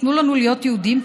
תנו לנו להיות יהודים,